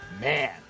Man